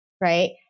right